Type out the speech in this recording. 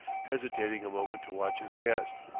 hesitating a moment to watch his guest.